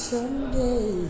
Someday